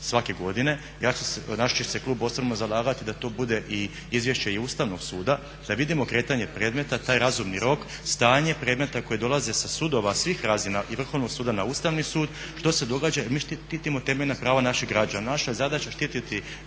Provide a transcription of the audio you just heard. svake godine, naš će se klub osobno zalagati da to bude izvješće i Ustavnog suda da vidimo kretanje predmeta, taj razumni rok, stanje predmeta koji dolaze sa sudova svih razina i Vrhovnog suda na Ustavni sud što se događa. Jer mi štitimo temeljna prava naših građana. Naša je zadaća štititi